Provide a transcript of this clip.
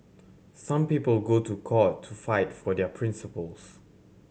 some people go to court to fight for their principles